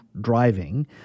driving